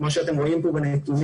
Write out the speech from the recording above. כמו שאתם רואים פה בנתונים,